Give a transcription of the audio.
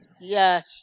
Yes